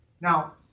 Now